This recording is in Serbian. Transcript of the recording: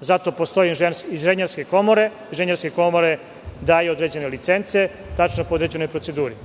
Zato postoje inženjerske komore. Inženjerske komore daju određene licence po tačno određenoj proceduri.